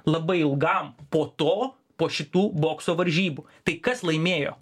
labai ilgam po to po šitų bokso varžybų tai kas laimėjo